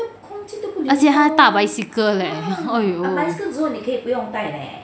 而且他还踏 bicycle eh !aiyo!